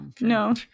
no